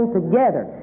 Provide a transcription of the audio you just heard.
together